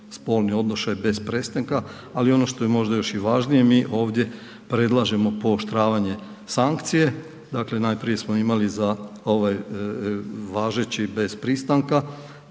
spolni odnošaj bez pristanka ali ono što je možda još i važnije, mi ovdje predlažemo pooštravanje sankcije, dakle najprije smo imali za ovaj važeći bez pristanka